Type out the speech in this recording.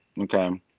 okay